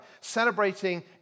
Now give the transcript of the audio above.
Celebrating